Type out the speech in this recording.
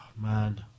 man